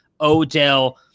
Odell